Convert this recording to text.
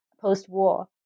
post-war